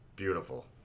Beautiful